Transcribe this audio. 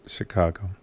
Chicago